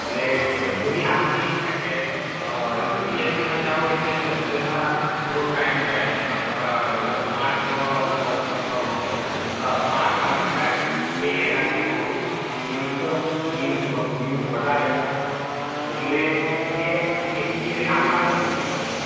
એટલે જેવી આપણી ઈચ્છા કે અ યુપીએસસીમાં જાઓ એટલે પછી એમાં થોડો ટાઇમ જાય એમાં લગભગ પાંચ વવવર બરાબ પાંચ સાલ પણ થાય એ એનાથી થોડું મીન્સ મીન્સ વ મીન્સ વધારે પણ થાય એટલે કે તે તે આપણા ઉપર ડીપૅન્ડ છે